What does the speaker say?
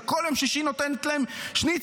שכל יום שישי נותנת להם שניצלים.